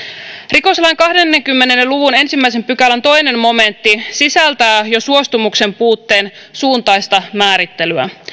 rikoslain kahdenkymmenen luvun ensimmäisen pykälän toinen momentti sisältää jo suostumuksen puutteen suuntaista määrittelyä